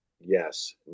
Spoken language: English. yes